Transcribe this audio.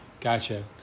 gotcha